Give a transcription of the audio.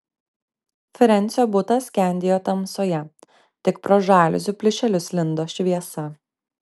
frensio butas skendėjo tamsoje tik pro žaliuzių plyšelius lindo šviesa